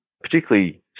particularly